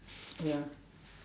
ya